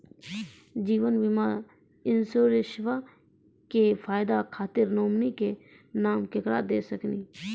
जीवन बीमा इंश्योरेंसबा के फायदा खातिर नोमिनी के नाम केकरा दे सकिनी?